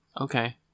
okay